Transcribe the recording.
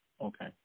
Okay